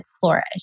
Flourish